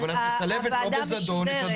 הוועדה משודרת.